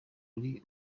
ari